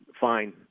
fine